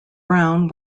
brown